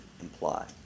imply